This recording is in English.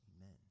Amen